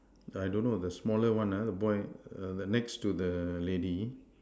I don't know the smaller one ah the boy err the next to the lady